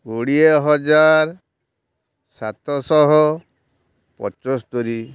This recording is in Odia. କୋଡ଼ିଏ ହଜାର ସାତଶହ ପଞ୍ଚସ୍ତରୀ